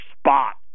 spot